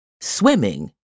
swimming